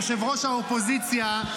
יושב-ראש האופוזיציה,